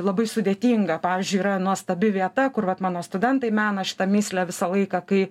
labai sudėtinga pavyzdžiui yra nuostabi vieta kur vat mano studentai mena šitą mįslę visą laiką kai